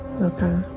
Okay